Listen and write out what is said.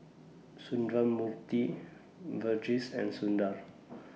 Sundramoorthy Verghese and Sundar